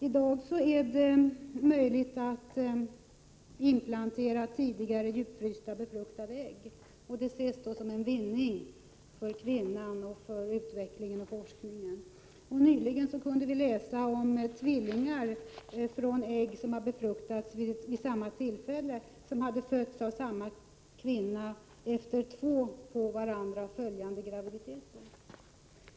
I dag är det möjligt att implantera tidigare djupfrysta befruktade ägg. Det ses som en vinning för kvinnan och för utvecklingen och forskningen. Nyligen kunde vi läsa om tvillingar från ett ägg som hade befruktats vid ett och samma tillfälle. De hade fötts av samma kvinna men efter två på varandra följande graviditeter.